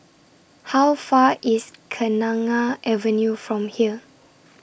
How Far IS Kenanga Avenue from here